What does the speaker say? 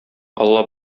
алла